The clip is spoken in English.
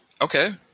Okay